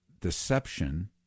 deception